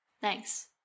thanks